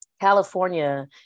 California